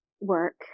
work